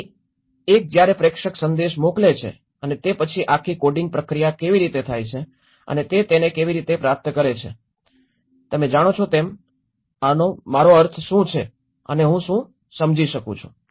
તેથી એક જ્યારે પ્રેષક સંદેશ મોકલે છે અને તે પછી આખી કોડિંગ પ્રક્રિયા કેવી રીતે થાય છે અને તે તેને કેવી રીતે પ્રાપ્ત કરે છે તે તમે જાણો છો આ મારો અર્થ શું છે અને હું શું સમજી શકું છું